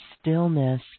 stillness